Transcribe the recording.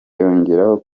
yongeraho